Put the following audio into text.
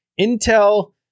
Intel